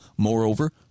Moreover